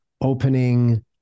opening